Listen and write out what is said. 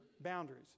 boundaries